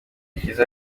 cyiza